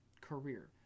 career